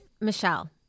Michelle